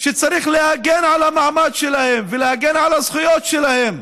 שצריך להגן על המעמד שלהם ולהגן על הזכויות שלהם,